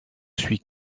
suis